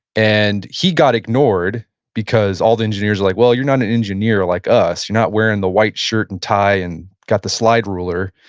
and he got ignored because all the engineers were like, well, you're not an engineer like us. you're not wearing the white shirt and tie and got the slide ruler.